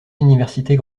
universités